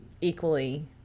equally